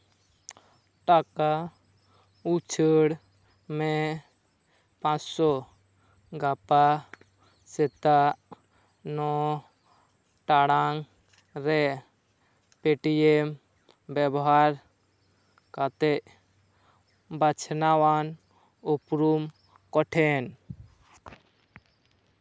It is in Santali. ᱴᱟᱠᱟ ᱩᱪᱷᱟᱹᱲ ᱢᱮ ᱯᱟᱪᱥᱳ ᱜᱟᱯᱟ ᱥᱮᱛᱟᱜ ᱱᱚ ᱴᱟᱲᱟᱝ ᱨᱮ ᱯᱮᱴᱤᱮᱢ ᱵᱮᱵᱚᱦᱟᱨ ᱠᱟᱛᱮ ᱵᱟᱪᱷᱱᱟᱣᱟᱱ ᱩᱯᱨᱩᱢ ᱠᱚᱴᱷᱮᱱ